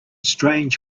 strange